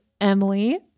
Emily